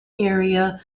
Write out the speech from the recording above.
area